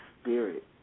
spirit